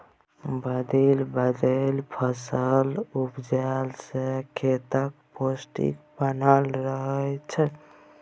बदलि बदलि फसल उपजेला सँ खेतक पौष्टिक बनल रहय छै